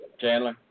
Chandler